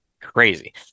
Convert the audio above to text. crazy